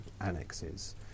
annexes